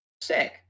sick